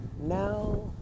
now